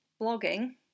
blogging